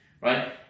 right